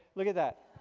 look at that.